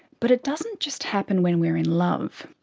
but it doesn't just happen when we're in love.